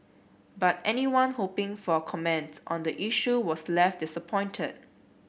but anyone hoping for a comment on the issue was left disappointed